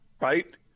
right